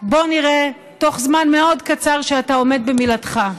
בואו נראה בתוך זמן מאוד קצר שאתה עומד במילתך.